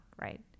right